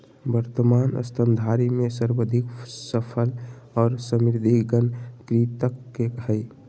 वर्तमान स्तनधारी में सर्वाधिक सफल और समृद्ध गण कृंतक के हइ